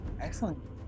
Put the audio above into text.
Excellent